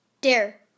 Dare